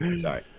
Sorry